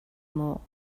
муу